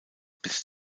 bis